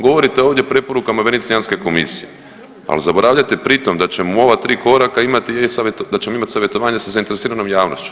Govorite ovdje o preporukama Venecijanske komisije, ali zaboravljate pritom da ćemo u ova 3 koraka imati .../nerazumljivo/... da ćemo imati savjetovanje sa zainteresiranom javnošću.